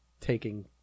taking